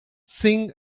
sing